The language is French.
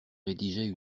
rédigeait